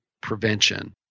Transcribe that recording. prevention